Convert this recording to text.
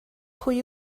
pwy